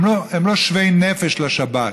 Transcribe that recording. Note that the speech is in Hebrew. הם לא שווי נפש לשבת,